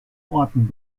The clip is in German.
orten